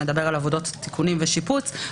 שמדבר על עבודות תיקונים ושיפוץ,